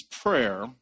prayer